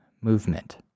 movement